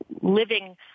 living